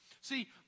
See